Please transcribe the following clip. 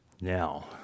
now